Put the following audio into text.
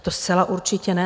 To zcela určitě ne.